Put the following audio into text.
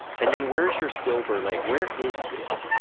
and then where's your silver laid? where is it?